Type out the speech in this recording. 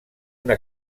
una